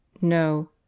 No